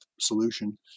solution